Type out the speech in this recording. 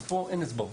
אז פה אין אצבעות.